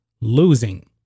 losing